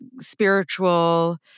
spiritual